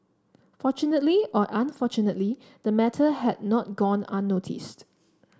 fortunately or unfortunately the matter had not gone unnoticed